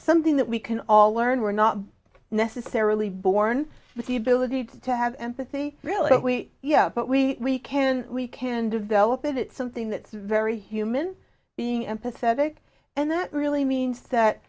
something that we can all learn we're not necessarily born with the ability to have empathy really yeah but we can we can develop it something that's very human being empathetic and that really means that